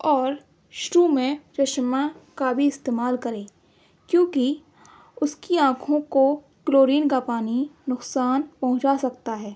اور شروع میں چشمہ کا بھی استعمال کرے کیوںکہ اس کی آنکھوں کو کلورین کا پانی نقصان پہنچا سکتا ہے